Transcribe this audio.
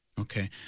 Okay